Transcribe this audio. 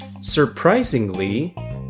Surprisingly